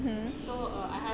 mmhmm